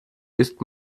ist